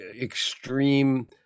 extreme